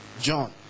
John